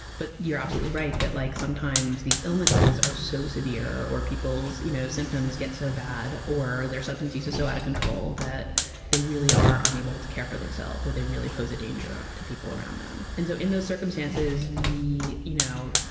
but you're absolutely right that like sometimes these illnesses are so severe or people's, you know, symptoms get so bad or their substance use is so out of control that they really are unable to care for themselves or they really pose a danger to people around them and so in those circumstances, we you know,